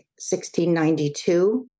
1692